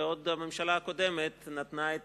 ועוד הממשלה הקודמת נתנה את